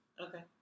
Okay